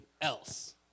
else